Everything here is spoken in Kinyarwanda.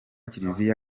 kiliziya